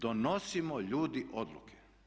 Donosimo ljudi odluke.